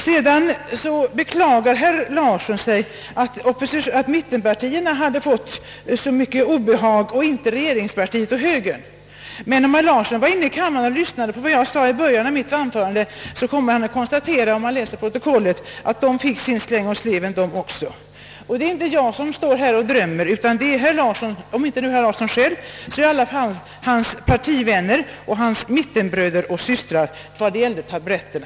Sedan beklagar sig herr Larsson i Borrby över att mittenpartierna fått. så mycket obehag och inte regeringspartiet och högern. Om herr Larsson inte var inne i kammaren och lyssnade på vad jag sade i början av mitt anförande, kommer han att kunna konstatera i protokollet, att också regeringen fick sin kritik för den förda politiken. Det är inte jag som står här och drömmer, utan det är, om inte herr Larsson själv, så i alla fall hans partivänner och hans mittenbröder och systrar — detta vad gäller taburetterna.